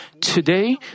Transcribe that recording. Today